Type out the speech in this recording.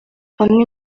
hamwe